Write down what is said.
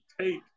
take